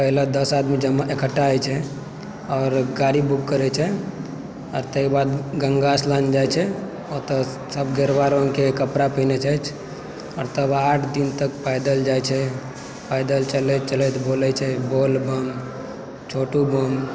पहिले दस आदमी इकट्ठा होइ छै आओर गाड़ी बुक करै छै आओर ताहिके बाद गङ्गा स्नान जाइ छै ओतऽ सब गेरुआ रङ्गके कपड़ा पीनहै छथि आओर तब आठ दिन तक पैदल जाइ छै पैदल चलैत चलैत बोलै छै बोल बम छोटू बम